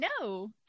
no